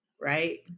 Right